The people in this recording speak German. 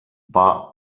war